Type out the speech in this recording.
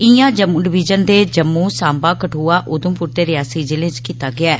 इआं जम्मू डविजन दे जम्मू सांबा कदुआ उधमपुर ते रियासी जिलें च कीता गेआ ऐ